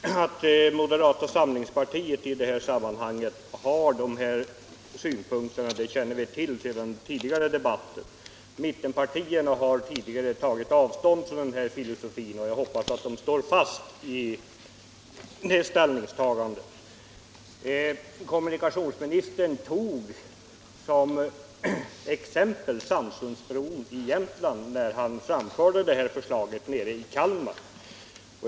Herr talman! Att moderata samlingspartiet har de synpunkter som kommunikationsministern har fört fram känner vi till sedan tidigare debatter. Mittenpartierna har tagit avstånd från den filosofin, och jag hoppas att de står fast vid ställningstagandet. Kommunikationsministern tog Vallsundsbron i Jämtland som exempel när han framförde sitt förslag nere i Kalmar.